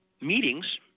meetings